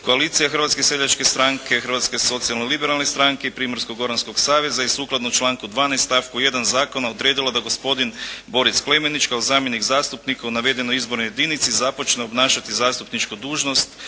koalicija Hrvatske seljačke stranke, Hrvatske socijalno-liberalne stranke i Primorsko-goranskog saveza i sukladno članku 12. stavku 1. zakona odredilo da gospodin Boris Klemenić kao zamjenik zastupnika u navedenoj izbornoj jedinici započne obnašati zastupničku dužnost